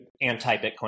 anti-Bitcoin